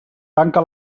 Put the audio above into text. tanca